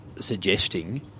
suggesting